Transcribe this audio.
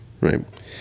right